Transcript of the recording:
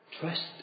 Trust